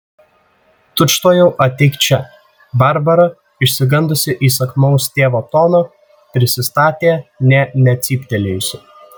tučtuojau ateik čia barbara išsigandusi įsakmaus tėvo tono prisistatė nė necyptelėjusi